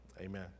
Amen